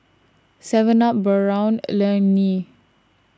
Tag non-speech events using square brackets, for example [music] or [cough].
Seven Up Braun [unintelligible]